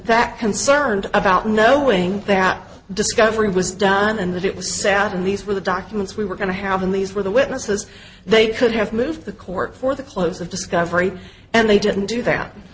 that concerned about knowing that discovery was done and that it was sad and these were the documents we were going to have and these were the witnesses they could have moved the court for the close of discovery and they didn't do that